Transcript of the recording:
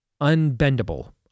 unbendable